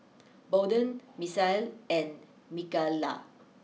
Bolden Misael and Micayla